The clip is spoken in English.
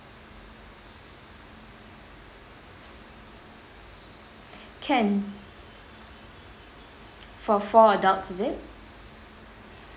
can for four adults is it